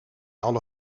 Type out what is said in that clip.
alle